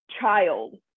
child